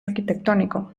arquitectónico